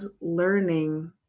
learning